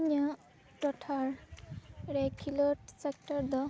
ᱤᱧᱟᱹᱜ ᱴᱚᱴᱷᱟ ᱨᱮ ᱠᱷᱮᱞᱳᱰ ᱥᱮᱠᱴᱳᱨ ᱫᱚ